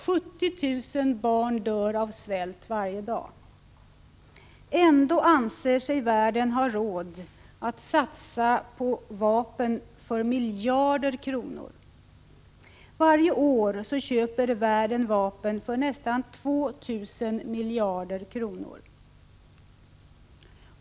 70 000 barn dör av svält varje dag. Ändå anser sig världen ha råd att satsa på vapen för miljarder kronor. Varje år köper världen vapen för nästan 2 000 miljarder kronor.